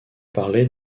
parlée